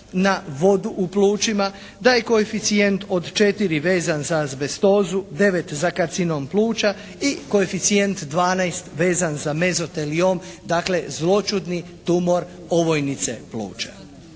na vodu u plućima, da je koeficijent od 4 vezan za azbestozu, 9 za karcinom pluća i koeficijent 12 vezan za mezotelijom, dakle zloćudni tumor ovojnice pluća.